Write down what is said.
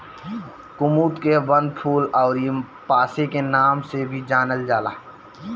कुमुद के वनफूल अउरी पांसे के नाम से भी जानल जाला